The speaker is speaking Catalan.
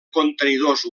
contenidors